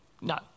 No